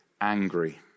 angry